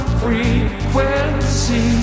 frequency